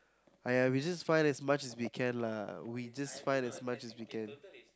!aiya! we just find as much as we can lah we just find as much as we can